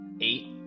eight